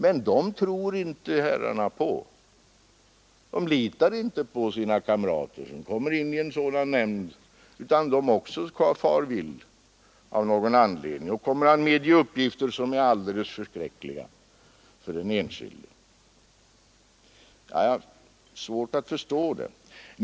Men dessa representanter tror inte herrarna på — de litar inte på sina kamrater som kommer in i en sådan nämnd, utan de tror att dessa också far vill av någon anledning och kommer att medge utlämnande av uppgifter som skulle vara alldeles förskräckliga för den enskilde. Jag har svårt att förstå detta.